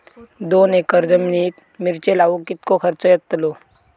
दोन एकर जमिनीत मिरचे लाऊक कितको खर्च यातलो?